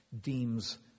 deems